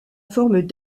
forme